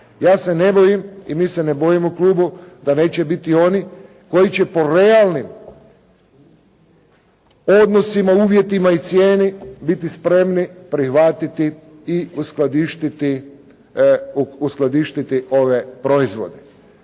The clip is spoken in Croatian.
Ja se ne bojim i mi se ne bojimo u klubu da neće biti onih koji će po realnim odnosima, uvjetima i cijeni biti spremni prihvatiti i uskladištiti ove proizvode.